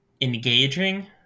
engaging